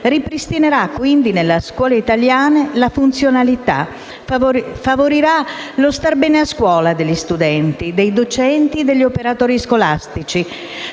ripristinerà nelle scuole italiane la funzionalità; favorirà lo star bene a scuola degli studenti, dei docenti e degli operatori scolastici.